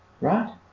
Right